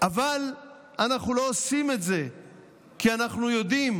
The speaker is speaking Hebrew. אבל אנחנו לא עושים את זה כי אנחנו יודעים